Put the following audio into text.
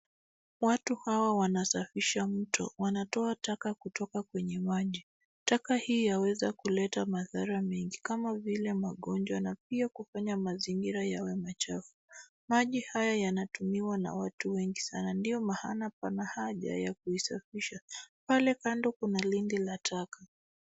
Watu hawa wanasafisha mto. Wanatoa taka kutoka kwenye maji. Taka hii yaweza kuleta madhara mengi kama vile magonjwa na pia kufanya mazingira yawe machafu. Maji haya yanatumiwa na watu wengi sana ndio maana pana haja ya kuisafisha. Pale kando kuna lindi la taka.